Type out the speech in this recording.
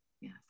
Yes